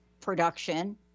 production